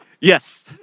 yes